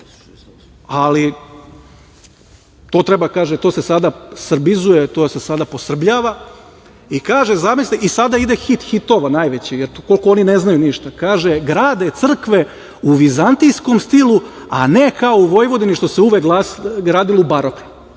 Ali, to treba, kaže to se sada srbizuje, to se sada posrbljava i kaže - zamisli sada ide hit hitova najvećeg, eto koliko oni ne znaju ništa, kaže – grade crkve u vizantijskom stilu, a ne kao u Vojvodini što se uvek gradilo u baroknom.E,